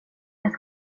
jag